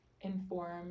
inform